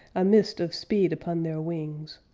a mist of speed upon their wings,